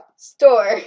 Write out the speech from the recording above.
Store